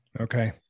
Okay